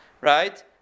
right